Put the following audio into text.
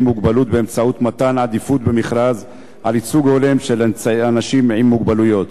מוגבלות באמצעות מתן עדיפות במכרז על ייצוג הולם של אנשים עם מוגבלות.